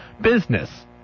business